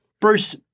Bruce